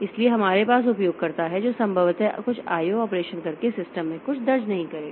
इसलिए हमारे पास उपयोगकर्ता है जो संभवतः कुछ IO ऑपरेशन करके सिस्टम में कुछ दर्ज नहीं करेगा